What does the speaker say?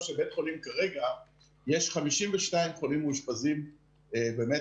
של בית החולים כרגע - יש 52 חולים מאושפזים - באמת,